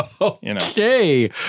Okay